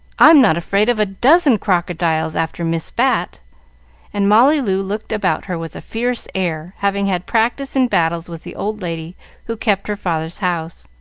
i'm not afraid of a dozen crocodiles after miss bat and molly loo looked about her with a fierce air, having had practice in battles with the old lady who kept her father's house.